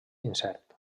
incert